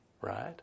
right